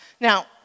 Now